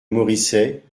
moricet